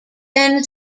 then